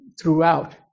throughout